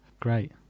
Great